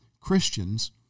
Christians